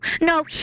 no